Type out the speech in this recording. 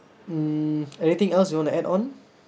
mm anything else you want to add on